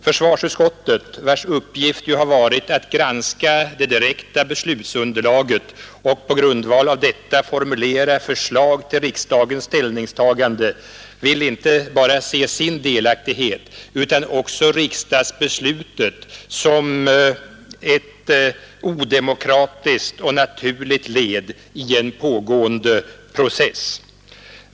Försvarsutskottet, vars uppgift har varit att granska det direkta beslutsunderlaget och på grundval av detta formulera förslag till riksdagens ställningstagande, vill inte bara se sin delaktighet utan också riksdagsbeslutet som ett odramatiskt och naturligt led i en pågående process.